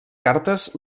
cartes